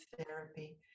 therapy